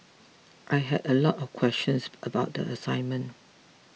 I had a lot of questions about the assignment